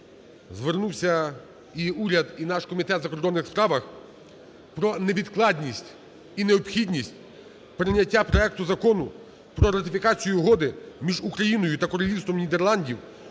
звернувся і уряд, і наш Комітет у закордонних справах про невідкладність і необхідність прийняття проекту Закону про ратифікацію Угоди між Україною та Королівством Нідерландів